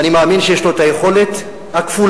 ואני מאמין שיש לו היכולת הכפולה,